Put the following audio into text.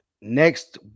next